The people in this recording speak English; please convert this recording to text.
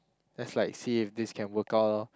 let's like see if this can work out lor